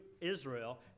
Israel